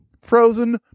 frozen